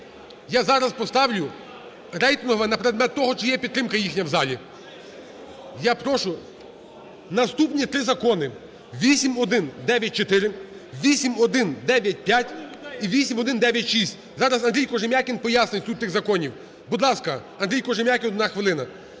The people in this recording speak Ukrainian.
Я зараз поставлю рейтингове на предмет того, чи є підтримка їхня в залі. Я прошу, наступні три закони: 8194, 8195 і 8196. Зараз Андрій Кожем'якін пояснить суть цих законів. Будь ласка, Андрій Кожем'якін одна хвилина.